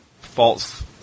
false